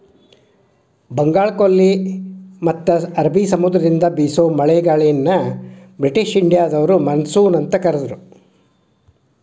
ಬಂಗಾಳಕೊಲ್ಲಿ ಮತ್ತ ಅರಬಿ ಸಮುದ್ರದಿಂದ ಬೇಸೋ ಮಳೆಗಾಳಿಯನ್ನ ಬ್ರಿಟಿಷ್ ಇಂಡಿಯಾದವರು ಮಾನ್ಸೂನ್ ಅಂತ ಕರದ್ರು